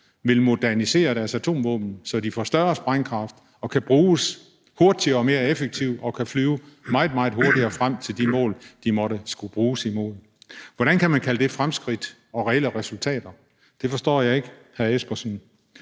vil modernisere deres atomvåben, så de får større sprængkraft og kan bruges hurtigere og mere effektivt og kan nå meget, meget hurtigere frem til de mål, de måtte skulle bruges mod. Hvordan kan man kalde det fremskridt og reelle resultater? Det forstår jeg ikke, hr. Søren